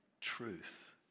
truth